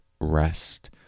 Rest